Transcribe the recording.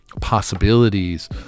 possibilities